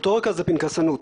סטטוטוריקה זו פנקסנות,